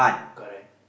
correct